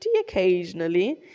occasionally